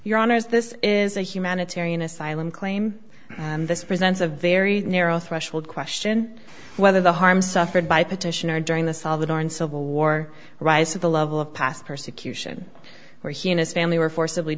honour's this is a humanitarian asylum claim and this presents a very narrow threshold question whether the harm suffered by petitioner during the salvadoran civil war rise to the level of past persecution where he and his family were forcibly